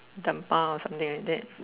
or something like that